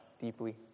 deeply